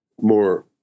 more